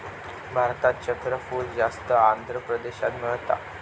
भारतात चक्रफूल जास्त आंध्र प्रदेशात मिळता